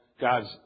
God's